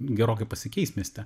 gerokai pasikeis mieste